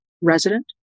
resident